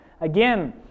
Again